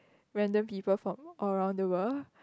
random people from all around the world